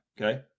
okay